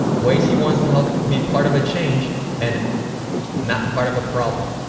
ways he wants to help be part of a change and not part of a problem.